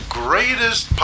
greatest